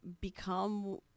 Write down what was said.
become